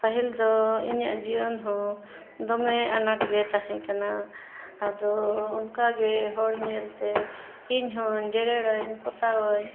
ᱯᱟᱹᱦᱤᱞ ᱫᱚ ᱤᱧᱟᱹᱜ ᱡᱤᱭᱚᱱ ᱦᱚᱸ ᱫᱚᱢᱮ ᱟᱱᱟᱴ ᱜᱮ ᱛᱟᱦᱮᱸ ᱠᱟᱱᱟ ᱟᱫᱚ ᱚᱱᱠᱟᱜᱮ ᱦᱚᱲ ᱧᱮᱞᱛᱮ ᱤᱧ ᱦᱚᱸ ᱡᱮᱲᱮᱨᱟᱹᱧ ᱯᱚᱛᱟᱣᱟᱹᱧ